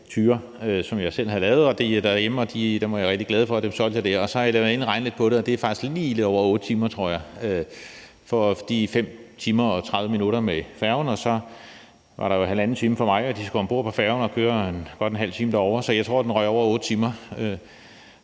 som jeg selv havde lavet, og dem var jeg rigtig glad for, og dem solgte jeg der. Jeg har været inde at regne lidt på det, og det er faktisk lidt over 8 timer, tror jeg: De 5 timer og 30 minutter er med færgen, så var der 1 time og 30 minutter for mig, og de skulle ombord på færgen og køre godt 30 minutter derovre, så jeg tror, den røg over 8 timer.